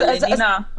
אבל נינא,